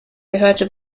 gehörte